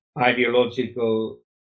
ideological